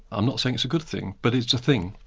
i'm not saying it's a good thing, but it's a thing,